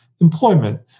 employment